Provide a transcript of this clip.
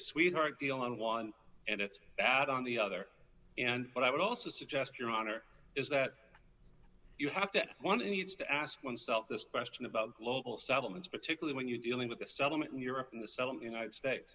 sweetheart deal on one and it's not on the other and what i would also suggest your honor is that you have to one and needs to ask oneself this question about global settlements particularly when you're dealing with a settlement in europe in the united states